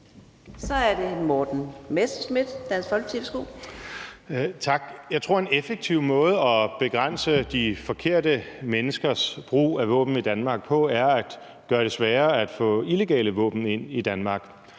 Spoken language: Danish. Kl. 14:08 Morten Messerschmidt (DF): Tak. Jeg tror, en effektiv måde at begrænse de forkerte menneskers brug af våben i Danmark på er at gøre det sværere at få illegale våben ind i Danmark.